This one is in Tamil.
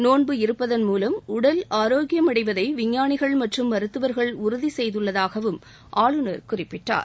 நோன்பு இருப்பதன் மூவம் உடல் ஆரோக்கியமடைவதை விஞ்ஞானிகள் மற்றும் மருத்துவர்கள் உறுதி செய்துள்ளதாகவும் ஆளுநர் குறிப்பிட்டார்